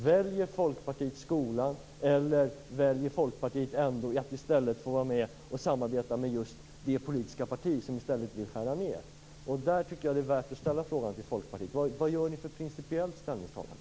Väljer Folkpartiet skolan, eller väljer Folkpartiet att i stället få vara med och samarbeta med det politiska parti som vill skära ned? Därför tycker jag att det är värt att ställa frågan till Folkpartiet: Vad gör ni för principiellt ställningstagande?